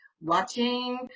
watching